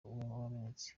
wamenetse